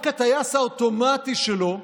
רק הטייס האוטומטי שלו,